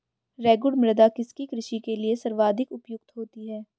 रेगुड़ मृदा किसकी कृषि के लिए सर्वाधिक उपयुक्त होती है?